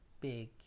big